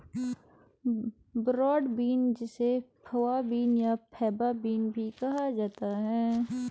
broad bean जिसे fava bean या faba bean भी कहा जाता है